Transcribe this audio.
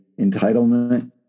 entitlement